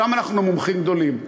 שם אנחנו מומחים גדולים,